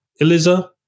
Eliza